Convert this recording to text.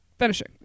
Finishing